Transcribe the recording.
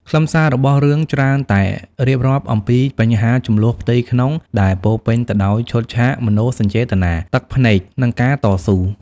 ខ្លឹមសាររបស់រឿងច្រើនតែរៀបរាប់អំពីបញ្ហាជម្លោះផ្ទៃក្នុងដែលពោរពេញទៅដោយឈុតឆាកមនោសញ្ចេតនា ទឹកភ្នែក និងការតស៊ូ។